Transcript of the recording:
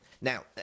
Now